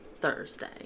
Thursday